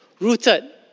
rooted